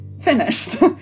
finished